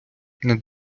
над